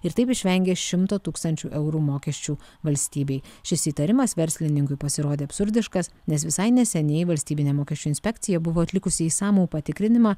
ir taip išvengė šimto tūkstančių eurų mokesčių valstybei šis įtarimas verslininkui pasirodė absurdiškas nes visai neseniai valstybinė mokesčių inspekcija buvo atlikusi išsamų patikrinimą